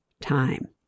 time